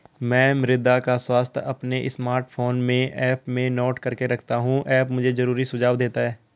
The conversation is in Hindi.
मैं मृदा का स्वास्थ्य अपने स्मार्टफोन में ऐप में नोट करके रखता हूं ऐप मुझे जरूरी सुझाव देता है